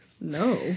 No